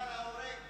סנהדרין